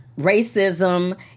racism